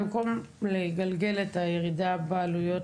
במקום לגלגל את הירידה בעלויות